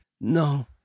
No